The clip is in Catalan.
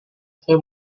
fer